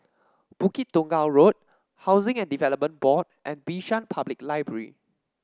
Bukit Tunggal Road Housing and Development Board and Bishan Public Library